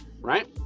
right